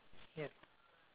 ya